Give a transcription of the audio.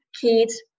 kids